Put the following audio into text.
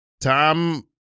tom